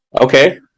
Okay